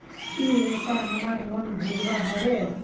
ई व्यापार हमार लोन भेजुआ हभे?